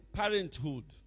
parenthood